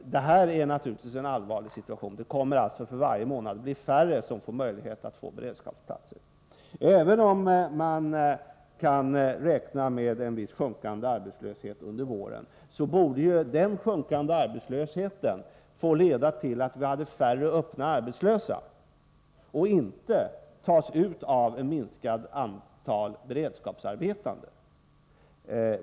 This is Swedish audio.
Det här är naturligtvis en allvarlig situation. För varje månad kommer färre att få möjlighet till beredskapsplatser. En viss minskning av arbetslösheten under våren borde leda till att vi hade färre öppet arbetslösa, inte till att vi får ett minskat antal beredskapsarbetande.